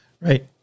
right